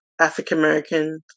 African-American